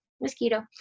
mosquito